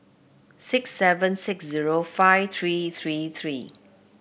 six seven six zero five three three three